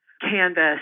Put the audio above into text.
canvas